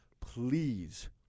please